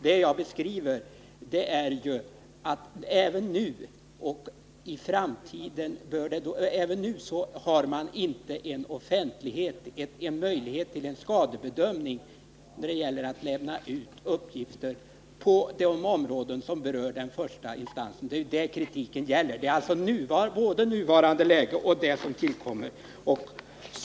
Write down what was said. Vad jag framhållit är att man även nu saknar offentlighet och möjlighet att göra en skadebedömning när det gäller att lämna ut uppgifter på de områden som berör den första instansen. Det är detta kritiken avser. Det gäller alltså både det nuvarande läget och det framtida.